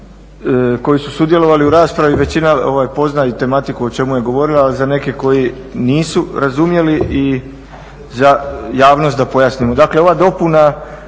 koji su sudjelovali u raspravi, većina poznaje i tematiku o čemu je i govorila, ali za neke koji nisu razumjeli i za javnost da pojasnimo. Dakle, ova dopuna